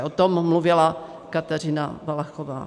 O tom mluvila Kateřina Valachová.